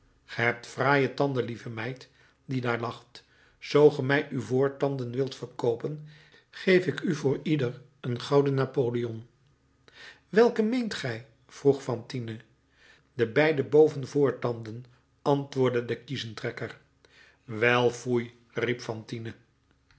ge hebt fraaie tanden lieve meid die daar lacht zoo ge mij uw voortanden wilt verkoopen geef ik u voor ieder een gouden napoleon welke meent gij vroeg fantine de beide boven voortanden antwoordde de kiezentrekker wel foei riep